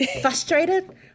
frustrated